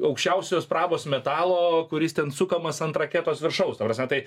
aukščiausios prabos metalo kuris ten sukamas ant raketos viršaus ta prasme tai